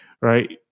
Right